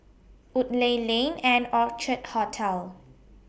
Woodleigh Lane and Orchid Hotel